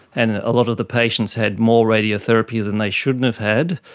and a lot of the patients had more radiotherapy than they should and have had,